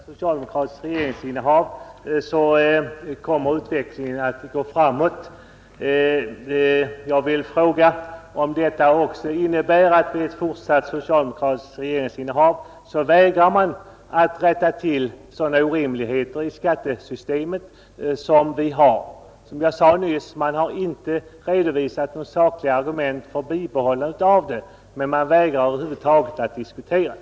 Herr talman! Herr Brandt sade att om det blir ett fortsatt socialdemokratiskt regeringsinnehav kommer utvecklingen att gå framåt. Jag vill fråga om ett fortsatt socialdemokratiskt regeringsinnehav också innebär att man även i fortsättningen vägrar att rätta till orimligheter i skattesystemet. Som jag sade nyss har man inte redovisat några sakliga argument för systemets bibehållande, och man vägrar över huvud taget att diskutera det.